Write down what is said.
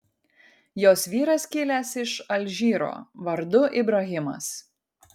jos vyras kilęs iš alžyro vardu ibrahimas